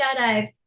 skydive